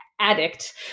addict